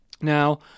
Now